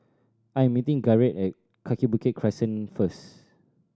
I am meeting Garrett at Kaki Bukit Crescent first